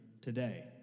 today